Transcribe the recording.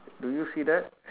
do you see that